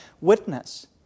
witness